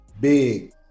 big